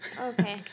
Okay